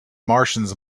martians